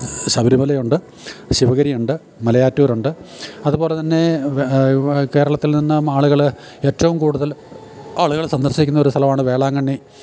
ശബരിമലയുണ്ട് ശിവഗിരിയുണ്ട് മലയാറ്റൂരുണ്ട് അതുപോലെ തന്നെ കേരളത്തിൽനിന്ന് ആളുകള് ഏറ്റവും കൂടുതൽ ആളുകള് സന്ദർശിക്കുന്ന ഒരു സ്ഥലമാണ് വേളാങ്കണ്ണി